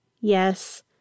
yes